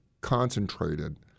concentrated